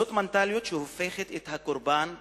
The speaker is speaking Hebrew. זאת מנטליות שהופכת את הקורבן לפושע,